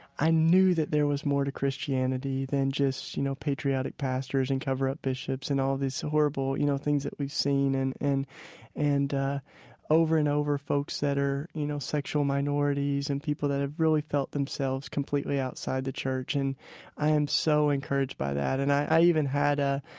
i knew that there was more to christianity than just, you know, patriotic pastors and cover-up bishops and all these horrible, you know, things that we've seen and and ah over and over, folks that are, you know, sexual minorities and people that have really felt themselves completely outside the church and i am so encouraged by that. and i even had a,